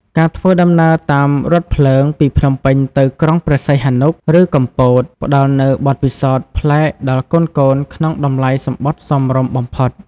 ការធ្វើដំណើរតាមរថភ្លើងពីភ្នំពេញទៅក្រុងព្រះសីហនុ ឬកំពត ផ្តល់នូវបទពិសោធន៍ប្លែកដល់កូនៗក្នុងតម្លៃសំបុត្រសមរម្យបំផុត។